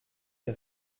des